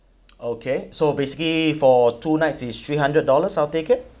okay so basically for two nights is three hundred dollars I'll take it